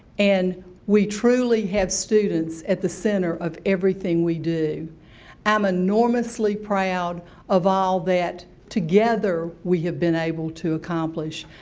and we truly have students at the center of everything we do. i m enormously proud of all that together we have been able to accomplish.